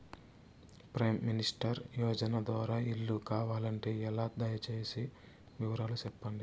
Prime minister యోజన ద్వారా ఇల్లు కావాలంటే ఎలా? దయ సేసి వివరాలు సెప్పండి?